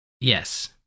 Yes